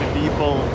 people